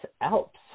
Alps